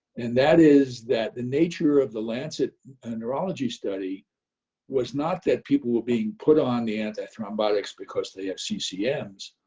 and that is that the nature of the lancet neurology study was not that people were being put on the anti-thrombotic because they have ccms,